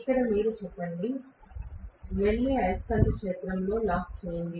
ఇక్కడ మీరు చెప్పండి వెళ్లి తిరిగే అయస్కాంత క్షేత్రంతో లాక్ చేయండి